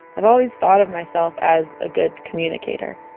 i've always thought of myself as a good communicator.